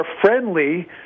friendly